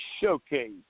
Showcase